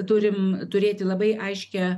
turim turėti labai aiškią